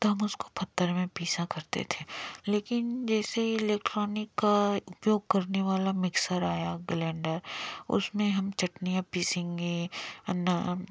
तो हम उसको पत्थर में पीसा करते थे लेकिन जैसे इलेक्ट्रॉनिक का उपयोग करने वाला मिक्सर आया ब्लेंडर उसमे हम चटनियाँ पीसेंगे